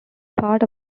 part